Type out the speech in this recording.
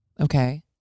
Okay